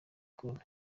cool